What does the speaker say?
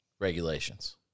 regulations